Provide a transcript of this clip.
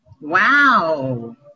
Wow